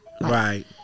right